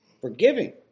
Forgiving